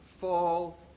fall